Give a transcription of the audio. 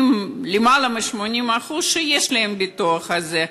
למעלה מ-80% יש להם הביטוח הזה.